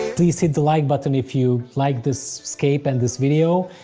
please hit the like button, if you liked this scape and this video.